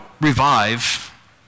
revive